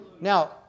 Now